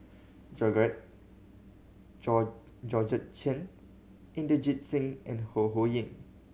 Georgette Chen Inderjit Singh and Ho Ho Ying